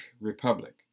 Republic